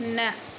न